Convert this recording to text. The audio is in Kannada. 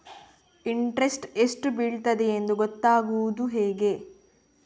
ಇಂಟ್ರೆಸ್ಟ್ ಎಷ್ಟು ಬೀಳ್ತದೆಯೆಂದು ಗೊತ್ತಾಗೂದು ಹೇಗೆ?